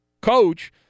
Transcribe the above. coach